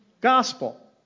gospel